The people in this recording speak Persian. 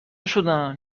شدم